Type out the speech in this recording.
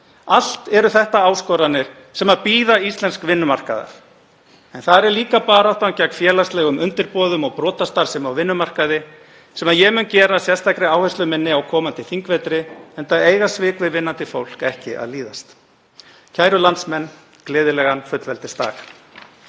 allt eru þetta áskoranir sem bíða íslensks vinnumarkaðar. En þar er líka baráttan gegn félagslegum undirboðum og brotastarfsemi á vinnumarkaði sem ég mun gera að sérstakri áherslu minni á komandi þingvetri, enda eiga svik við vinnandi fólk ekki að líðast. Kæru landsmenn. Gleðilegan fullveldisdag.